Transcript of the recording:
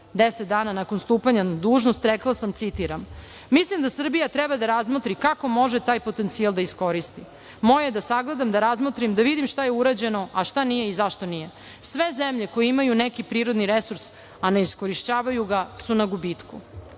deset dana nakon stupanja na dužnost, rekla sam, citiram: „Mislim da Srbija treba da razmotri kako može taj potencijal da iskoristi, moje je da sagledam, da razmotrim, da vidim šta je urađeno, a šta nije i zašto nije. Sve zemlje koje imaju neki prirodni resurs, a ne iskorišćavaju ga su na gubitku“.Šest